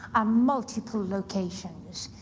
ah multiple locations.